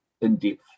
in-depth